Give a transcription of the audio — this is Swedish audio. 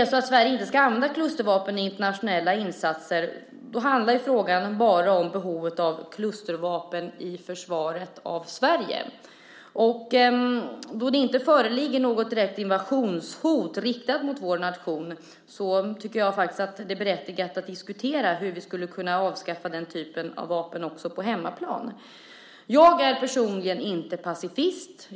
Om Sverige inte ska använda klustervapen i internationella insatser handlar frågan enbart om behovet av klustervapen i försvaret av Sverige. Då det inte föreligger något direkt invasionshot riktat mot vår nation tycker jag att det är berättigat att diskutera hur vi skulle kunna avskaffa den typen av vapen också på hemmaplan. Jag är personligen inte pacifist.